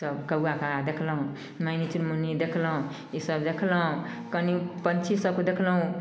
सब कौआ कागा देखलहुँ मैनी चुनमुनी देखलहुँ ईसब देखलहुँ कनी पन्छी सबके देखलहुँ